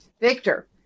Victor